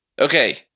Okay